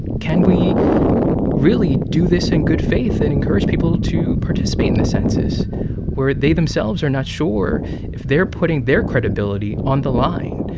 can we really do this in good faith and encourage people to participate in the census where they themselves are not sure if they're putting their credibility on the line?